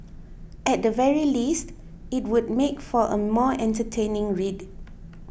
at the very least it would make for a more entertaining read